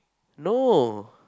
no